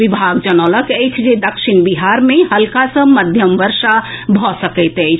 विभाग जनौलक अछि जे दक्षिण बिहार मे हल्का सॅ मध्यम बर्षा भऽ सकैत अछि